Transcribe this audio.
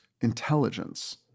intelligence